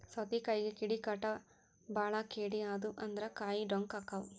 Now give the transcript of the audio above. ಸೌತಿಕಾಯಿಗೆ ಕೇಡಿಕಾಟ ಬಾಳ ಕೇಡಿ ಆದು ಅಂದ್ರ ಕಾಯಿ ಡೊಂಕ ಅಕಾವ್